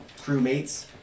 crewmates